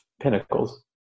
pinnacles